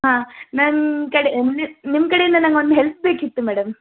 ಹಾಂ ನನ್ನ ಕಡೆ ಅಂದರೆ ನಿಮ್ಮ ಕಡೆಯಿಂದ ನಂಗೊಂದು ಹೆಲ್ಪ್ ಬೇಕಿತ್ತು ಮೇಡಮ್